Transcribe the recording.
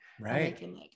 Right